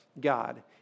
God